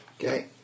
Okay